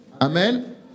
Amen